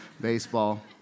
baseball